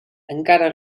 encara